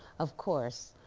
of course,